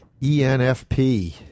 ENFP